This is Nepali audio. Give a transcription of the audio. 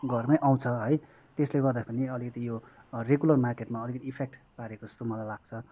घरमै आउँछ है त्यसले गर्दाखेरि अलिकति यो रेगुलर मार्केटमा अलिकति इफेक्ट पारेको जस्तो मलाई लाग्छ